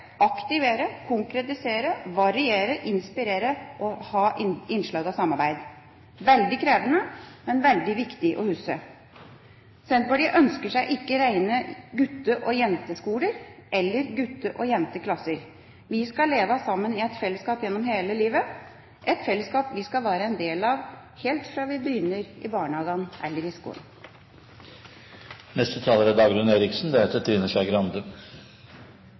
aktivere, konkretisere, variere, inspirere og ha innslag av samarbeid. Det er veldig krevende, men veldig viktig å huske. Senterpartiet ønsker seg ikke reine gutte- og jenteskoler eller gutte- og jenteklasser. Vi skal leve sammen i et fellesskap gjennom hele livet, et fellesskap vi skal være en del av helt fra vi begynner i barnehagen eller i skolen. Også jeg vil takke interpellanten for at han reiser en debatt som jeg tror det er